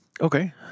Okay